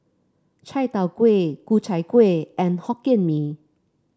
Chai Tow Kuay Ku Chai Kuih and Hokkien Mee